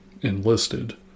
enlisted